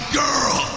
girl